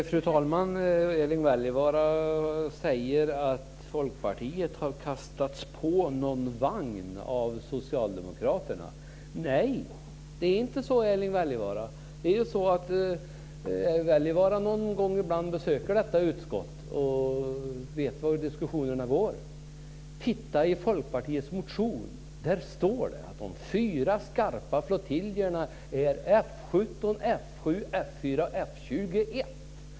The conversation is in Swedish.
Fru talman! Erling Wälivaara säger att Folkpartiet har kastats på någon vagn av Socialdemokraterna. Nej, det är inte så, Erling Wälivaara. Wälivaara besöker någon gång ibland detta utskott och vet hur diskussionerna går. Titta i Folkpartiets motion! Där står det att de fyra skarpa flottiljerna är F 17, F 7, F 4 och F 21.